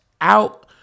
out